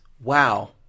wow